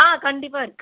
ஆ கண்டிப்பாக இருக்குது